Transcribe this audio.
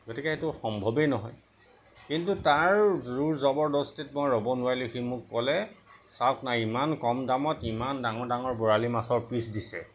গতিকে এইটো সম্ভৱেই নহয় কিন্তু তাৰ জোৰ জবৰদস্তিত মই ৰ'ব নোৱাৰিলোঁ সি মোক ক'লে চাওক না ইমান কম দামত ইমান ডাঙৰ ডাঙৰ বৰালি মাছৰ পিছ দিছে